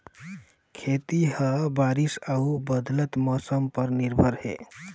खेती ह बारिश अऊ बदलत मौसम पर निर्भर हे